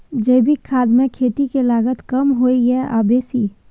जैविक खाद मे खेती के लागत कम होय ये आ बेसी?